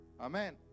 Amen